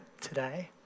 today